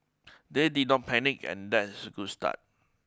they did not panic and that's a good start